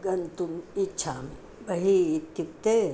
गन्तुम् इच्छामि बहिः इत्युक्ते